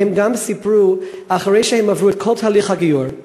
וגם הן סיפרו שאחרי שהן עברו את כל תהליך הגיור,